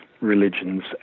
religions